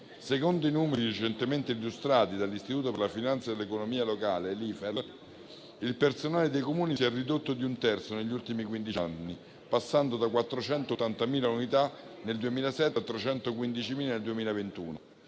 Secondo i numeri recentemente illustrati dall'Istituto per la finanza e l'economia locale (IFEL), il personale dei Comuni si è ridotto di un terzo negli ultimi quindici anni, passando da 480.000 unità nel 2007 a 315.000 nel 2021.